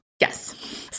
Yes